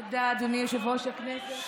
תודה, אדוני יושב-ראש הכנסת.